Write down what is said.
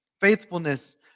faithfulness